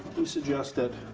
we suggest that,